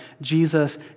Jesus